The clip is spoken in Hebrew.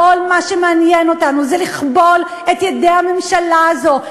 כל מה שמעניין אותנו זה לכבול את ידי הממשלה הזו,